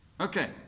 Okay